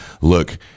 look